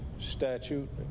statute